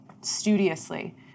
studiously